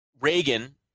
Reagan